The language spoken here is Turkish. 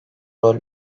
rol